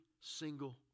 single